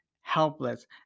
helpless